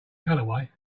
colorway